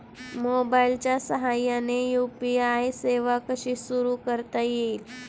मोबाईलच्या साहाय्याने यू.पी.आय सेवा कशी सुरू करता येईल?